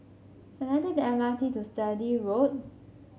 can I take the M R T to Sturdee Road